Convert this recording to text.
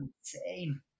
insane